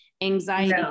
anxiety